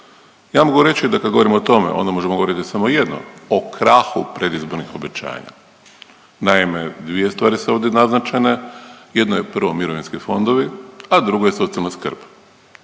Ja mogu reći da kad govorimo o tome onda možemo govoriti samo jedno, o krahu predizbornih obećanja. Naime, dvije stvari su ovdje naznačene, jedno je prvo mirovinski fondovi, a drugo je socijalna skrb.